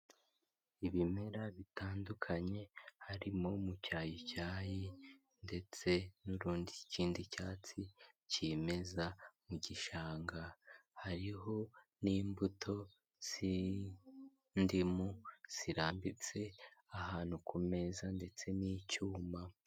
ibimera bitandukanye harimo mu cyayicyayi ndetse n'urundi kindi cyatsi kimeza mu gishanga hariho n'imbuto zindimu zirambitse ahantu ku m ndetse n'icyuma